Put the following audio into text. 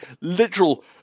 literal